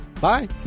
bye